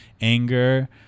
anger